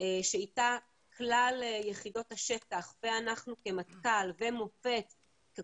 שאיתה כלל יחידות השטח ואנחנו כמטכ"ל ומוקד השכר